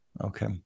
Okay